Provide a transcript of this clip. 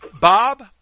Bob